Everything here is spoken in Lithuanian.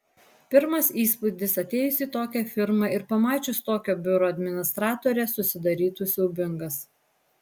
pirmas įspūdis atėjus į tokią firmą ir pamačius tokią biuro administratorę susidarytų siaubingas